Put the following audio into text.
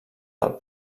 del